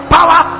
Power